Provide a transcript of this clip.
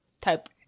type